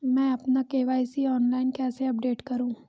मैं अपना KYC online कैसे अपडेट करूँ?